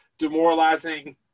demoralizing